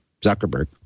Zuckerberg